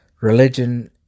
Religion